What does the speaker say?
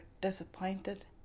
disappointed